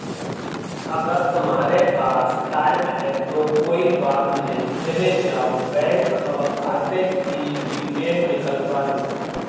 अगर तुम्हारे पास टाइम है तो कोई बात नहीं चले जाओ बैंक और खाते कि डिटेल निकलवा लो